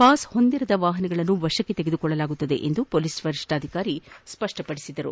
pass ಹೊಂದಿರದ ವಾಹನಗಳನ್ನು ವಶಕ್ಕೆ ತೆಗೆದುಕೊಳ್ಳಲಾಗುವುದು ಎಂದು ಹೊಲೀಸ್ ವರಿಷ್ಠಾಧಿಕಾರಿ ಸ್ಪಷ್ಟಪಡಿಸಿದರು